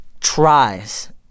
tries